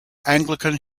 anglican